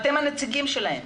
אתם הנציגים שלהם.